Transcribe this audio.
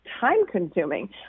time-consuming